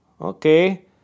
Okay